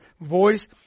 voice